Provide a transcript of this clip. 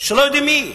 שלא יודעים של מי היא,